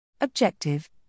Objective